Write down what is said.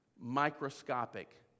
microscopic